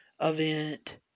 event